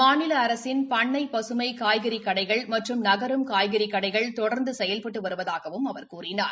மாநில அரசின் பண்ணை பசுமை காய்கறி கடைகள் மற்றும் நகரும் காய்கறி கடைகள் தொடர்ந்து செயல்பட்டு வருவதாகவும் அவர் கூறினார்